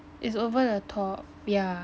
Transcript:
it's over the top yeah